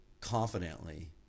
confidently